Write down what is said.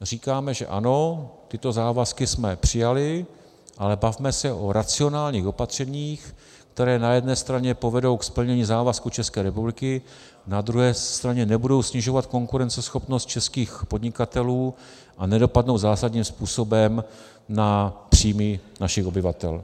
Říkáme, že ano, tyto závazky jsme přijali, ale bavme se o racionálních opatřeních, která na jedné straně povedou ke splnění závazku České republiky, na druhé straně nebudou snižovat konkurenceschopnost českých podnikatelů a nedopadnou zásadním způsobem na příjmy našich obyvatel.